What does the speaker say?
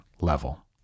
level